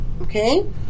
Okay